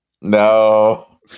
no